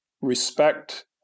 respect